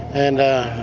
and i